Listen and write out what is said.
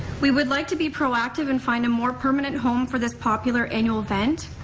we would like to be proactive and find a more permanent home for this popular annual event.